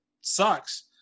sucks